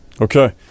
Okay